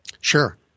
Sure